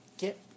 Get